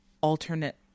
alternate